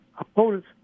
opponents